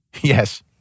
Yes